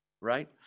right